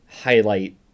highlight